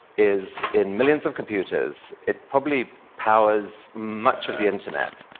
is in millions of computers, it probably powers much of the internet.